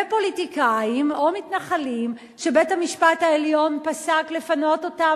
ופוליטיקאים או מתנחלים שבית-המשפט פסק לפנות אותם